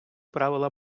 правила